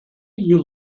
you